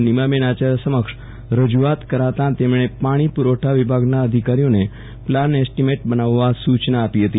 નીમાબેન આચાર્ય સમક્ષ રજૂઆત કરાતાં તેમણે પાણી પુરવઠા વિભાગના અધિકારીઓને પ્લાન એસ્ટિમેટ બનાવવા સૂચના આપી હતી